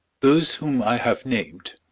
those whom i have named,